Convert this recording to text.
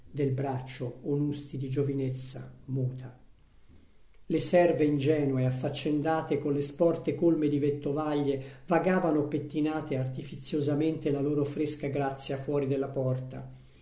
del braccio onusti di giovinezza muta le serve ingenue affaccendate colle sporte colme di vettovaglie vagavano pettinate artifiziosamente la loro fresca grazia fuori della porta